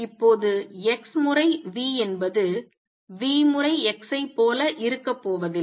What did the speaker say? இப்போது x முறை v என்பது v முறை x ஐப் போல இருக்கப் போவதில்லை